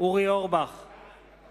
אתה מערבב את סעיף 79,